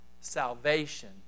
salvation